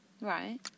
Right